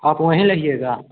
आप वहीं रहिएगा